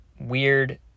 weird